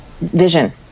vision